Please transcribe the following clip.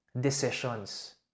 decisions